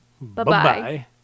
bye-bye